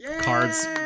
Cards